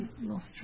lost